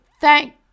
Thank